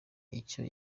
icyo